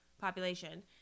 population